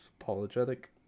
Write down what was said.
apologetic